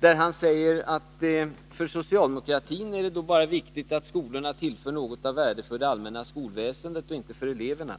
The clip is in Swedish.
Gunnar Hökmark säger att det för socialdemokratin bara är viktigt att skolorna tillför något av värde för det allmänna skolväsendet och inte för eleverna.